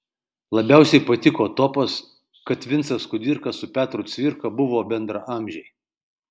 labiausiai patiko topas kad vincas kudirka su petru cvirka buvo bendraamžiai